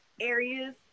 areas